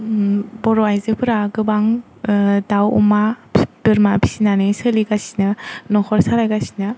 ओम बर' आयजोफोरा गोबां ओ दाउ अमा बोरमा फिसिनानै सोलिगासिनो न'खर सालायगासिनो